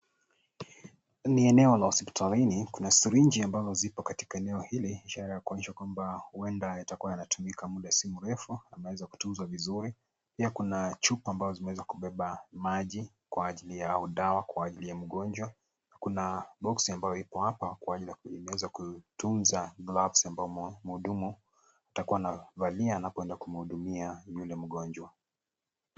Ni eneo la hospitalini kuna sirinji ambazo zipo katika eneo hili ishara ya kuonyesha kwamba huenda itakua inatumika muda si mrefu yameweza kutunzwa vizuri pia kuna chupa ambazo zimeweza kubeba maji kwa ajili ya dawa kwa ajili ya mgonjwa. Kuna boksi ambayo iko hapa kwa ajili ya kutunza glafsi ambayo mhudumu atakua anavalia anapoenda kumhudumia yule mgonjwa.